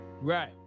Right